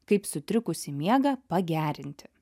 kaip sutrikusį miegą pagerinti